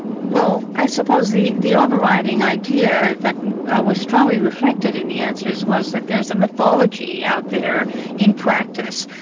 well i suppose the the overriding idea that was strongly reflected in the answers was that there's a mythology out there in practice,